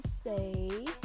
say